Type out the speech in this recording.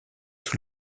sous